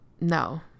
no